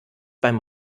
beim